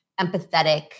empathetic